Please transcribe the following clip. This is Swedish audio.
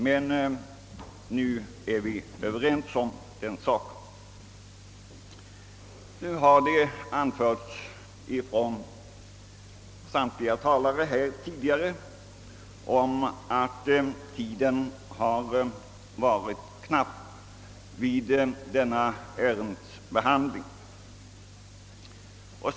Men på denna punkt har vi alltså varit ense. Samtliga talare i debatten tidigare i dag har anfört att tiden för ärendets behandling har varit knapp.